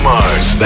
Mars